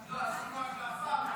התחלפנו.